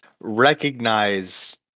recognize